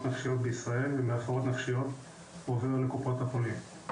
נפשיות ומהפרעות נפשיות בישראל עובר לקופות החולים.